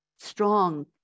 strong